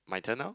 my turn now